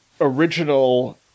original